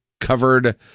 covered